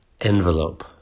envelope